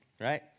right